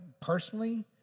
personally